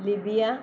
Libya